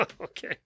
Okay